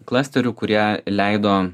klasterių kurie leido